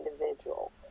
individual